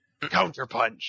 Counterpunch